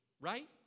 right